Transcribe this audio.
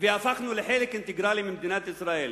והפכנו לחלק אינטגרלי של מדינת ישראל,